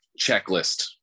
checklist